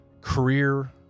career